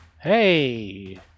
Hey